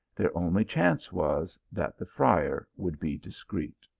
their only chance was, that the friar would be discreet.